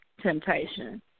temptation